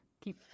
keep